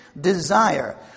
desire